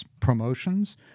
promotions